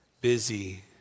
busy